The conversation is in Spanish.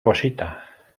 cosita